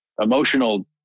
emotional